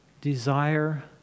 desire